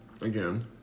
Again